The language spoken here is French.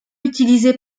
utilisées